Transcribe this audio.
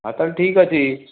ହଉ ତା'ହେଲେ ଠିକ୍ ଅଛି